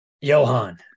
Johan